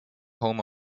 home